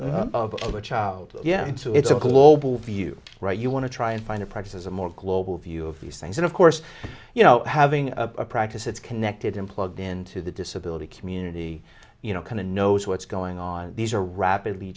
needs of a child yeah it's a global view right you want to try and find a practice as a more global view of these things and of course you know having a practice it's connected in plugged into the disability community you know kind of knows what's going on these are rapidly